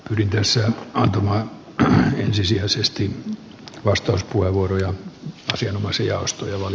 rinteeseen tuho on ensisijaisesti vastauspuheenvuoroja asianomaisia ostan oman